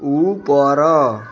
ଉପର